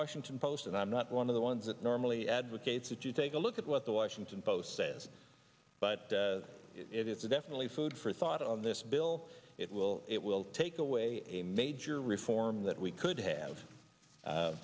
washington post and i'm not one of the ones that normally advocates that you take a look at what the washington post says but it's definitely food for thought on this bill it will it will take away a major reform that we could have